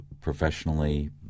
professionally